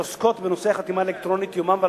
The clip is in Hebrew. עוסקות בנושא החתימה האלקטרונית יומם ולילה,